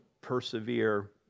persevere